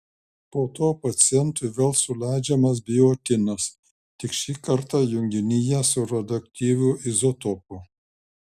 po to pacientui vėl suleidžiamas biotinas tik šį kartą junginyje su radioaktyviu izotopu